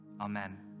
Amen